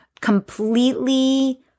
completely